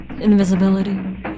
Invisibility